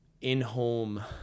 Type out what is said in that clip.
in-home